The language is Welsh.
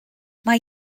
mae